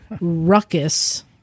Ruckus